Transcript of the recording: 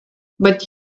but